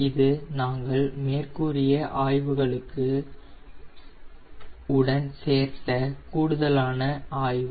இது நாங்கள் மேற்கூறிய ஆய்வுகளுக்கு கூடுதலான ஆய்வு